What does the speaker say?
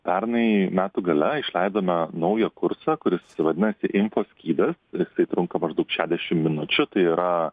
pernai metų gale išleidome naują kursą kuris jisai vadinasi info skydas jisai trunka maždaug šedešim minučių tai yra